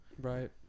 Right